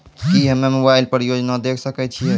की हम्मे मोबाइल पर योजना देखय सकय छियै?